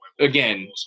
again